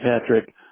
Patrick